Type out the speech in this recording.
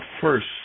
first